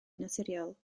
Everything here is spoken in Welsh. naturiol